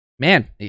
Man